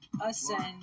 ascend